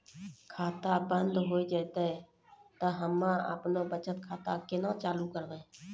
खाता बंद हो जैतै तऽ हम्मे आपनौ बचत खाता कऽ केना चालू करवै?